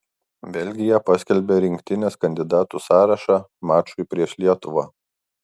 belgija paskelbė rinktinės kandidatų sąrašą mačui prieš lietuvą